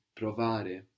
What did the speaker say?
provare